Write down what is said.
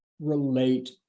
relate